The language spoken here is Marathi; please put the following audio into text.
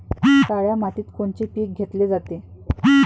काळ्या मातीत कोनचे पिकं घेतले जाते?